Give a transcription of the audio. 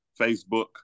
Facebook